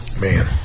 Man